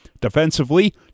Defensively